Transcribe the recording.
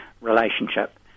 relationship